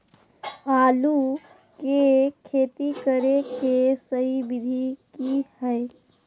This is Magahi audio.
आलू के खेती करें के सही विधि की हय?